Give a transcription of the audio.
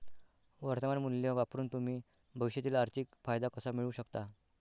वर्तमान मूल्य वापरून तुम्ही भविष्यातील आर्थिक फायदा कसा मिळवू शकता?